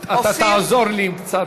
אתה תעזור לי עם קצת,